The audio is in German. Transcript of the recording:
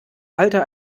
alter